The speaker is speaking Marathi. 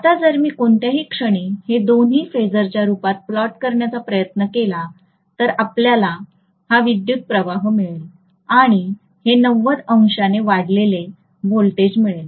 आता जर मी कोणत्याही क्षणी हे दोन्ही फेजरच्या रूपात प्लॉट करण्याचा प्रयत्न केला तर आपल्याला हा विद्युत प्रवाह मिळेल आणि हे ९० अंशांने वाढलेले व्होल्टेज मिळेल